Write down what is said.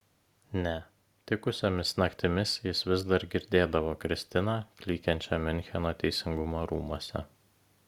ne tikusiomis naktimis jis vis dar girdėdavo kristiną klykiančią miuncheno teisingumo rūmuose